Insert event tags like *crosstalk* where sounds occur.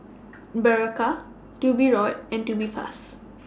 Berocca *unintelligible* and Tubifast *noise*